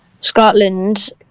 Scotland